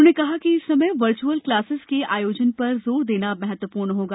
उन्होंने कहा कि इस समय वर्चअल क्लासेज के आयोजन पर जोर देना महत्वपूर्ण होगा